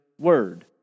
word